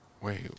Wait